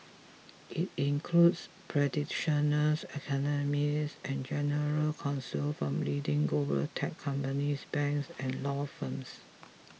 it includes practitioners academics and general counsel from leading global tech companies banks and law firms